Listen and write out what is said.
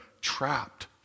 trapped